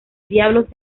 diablos